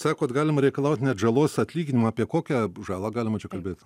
sakot galima reikalaut net žalos atlyginimo apie kokią žalą galima čia kalbėt